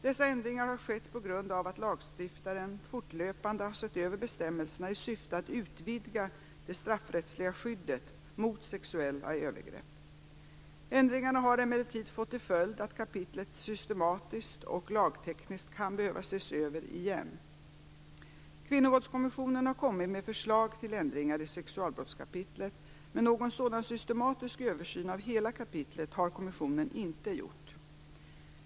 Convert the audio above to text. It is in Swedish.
Dessa ändringar har skett på grund av att lagstiftaren fortlöpande har sett över bestämmelserna i syfte ett utvidga det straffrättsliga skyddet mot sexuella övergrepp. Ändringarna har emellertid fått till följd att kapitlet systematiskt och lagtekniskt kan behöva ses över igen. Kvinnovåldskommissionen har kommit med förslag till ändringar i sexualbrottskapitlet, men någon sådan systematisk översyn av hela kapitlet har kommissionen inte gjort.